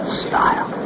style